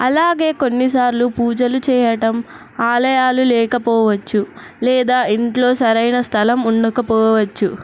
అలాగే కొన్నిసార్లు పూజలు చేయటం ఆలయాలు లేకపోవచ్చు లేదా ఇంట్లో సరైన స్థలం ఉండకపోవచ్చు